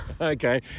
Okay